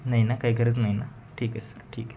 नाही ना काही गरज नाही ना ठीक आहे सर ठीक आहे